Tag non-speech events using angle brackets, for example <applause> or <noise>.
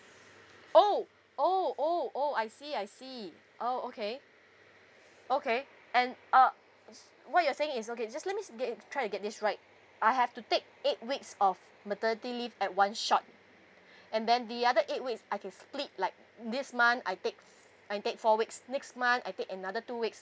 oh oh oh oh I see I see oh okay okay and uh what you're saying is okay just let me get it try get this right I have to take eight weeks off maternity leave at one shot <breath> and then the other eight weeks I can split like this month I take f~ I take four weeks next month I take another two weeks